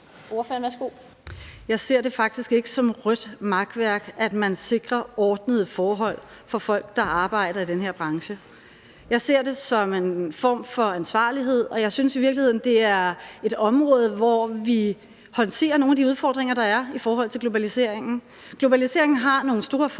Jeg ser det faktisk ikke som et rødt makværk, at man sikrer ordnede forhold for folk, der arbejder i den her branche. Jeg ser det som en form for ansvarlighed, og jeg synes i virkeligheden, det er et område, hvor vi håndterer nogle af de udfordringer, der er i forhold til globaliseringen. Der er nogle store fordele ved